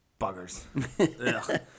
buggers